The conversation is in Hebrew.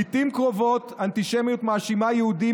לעיתים קרובות אנטישמיות מאשימה יהודים